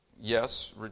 yes